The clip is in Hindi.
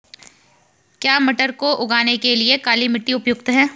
क्या मटर को उगाने के लिए काली मिट्टी उपयुक्त है?